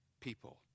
people